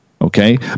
Okay